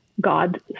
God